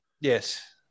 Yes